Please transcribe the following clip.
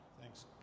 Thanks